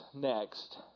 next